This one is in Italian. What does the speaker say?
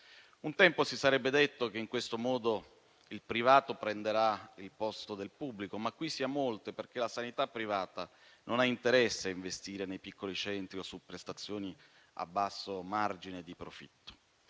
Un tempo si sarebbe detto che in questo modo il privato prenderà il posto del pubblico, ma qui siamo oltre, perché la sanità privata non ha interesse a investire nei piccoli centri o su prestazioni a basso margine di profitto.